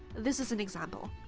this is an example